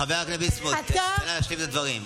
חבר הכנסת ביסמוט, תן לה להשלים את הדברים.